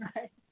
Right